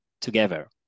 together